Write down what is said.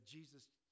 Jesus